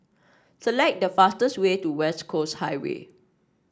select the fastest way to West Coast Highway